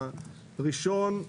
הראשון,